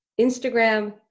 Instagram